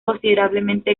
considerablemente